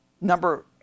Number